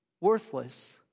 worthless